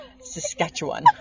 Saskatchewan